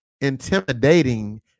intimidating